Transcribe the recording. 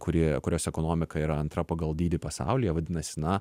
kuri kurios ekonomika yra antra pagal dydį pasaulyje vadinasi na